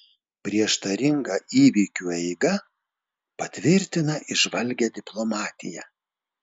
prieštaringa įvykių eiga patvirtina įžvalgią diplomatiją